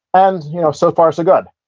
and you know so far so good.